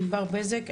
ענבר בזק,